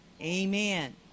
Amen